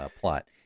plot